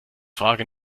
frage